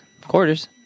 quarters